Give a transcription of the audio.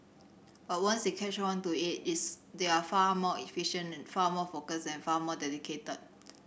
but once they catch on to it is they are far more efficient far more focused and far more dedicated